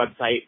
website